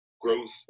growth